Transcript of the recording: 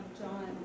John